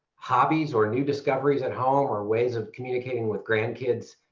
hobbies or new discoveres at home or ways of communicating with grandkids